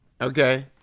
Okay